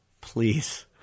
please